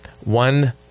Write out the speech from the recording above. one